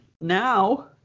now